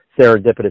serendipitous